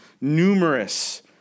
numerous